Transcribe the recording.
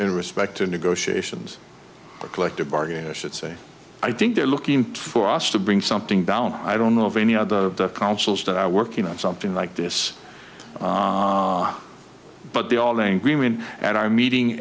in respect to negotiations for collective bargaining i should say i think they're looking for us to bring something down i don't know of any other councils that are working on something like this but they all angry when at our meeting